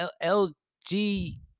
L-G